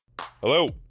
Hello